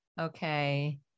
Okay